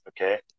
Okay